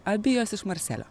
abi jos iš marselio